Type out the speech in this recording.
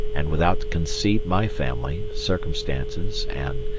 and without conceit my family, circumstances and,